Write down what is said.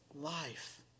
life